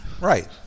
Right